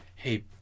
Hey